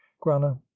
grana